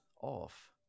off